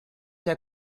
der